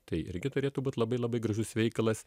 tai irgi turėtų būt labai labai gražus veikalas